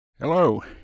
Hello